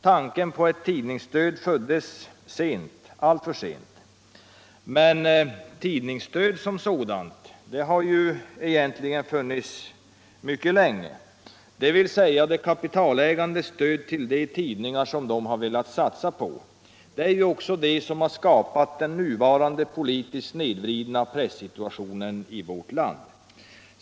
Tanken på ett tidningsstöd föddes sent — alltför sent. Men tidningsstöd som sådant har ju egentligen funnits mycket länge — dvs. de kapitalägandes stöd till de tidningar som de velat satsa på. Det är ju också det som har skapat den nuvarande politiskt snedvridna pressituationen i vårt land.